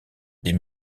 des